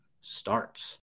starts